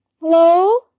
Hello